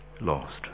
lost